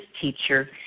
teacher